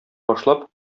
башлап